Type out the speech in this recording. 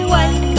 one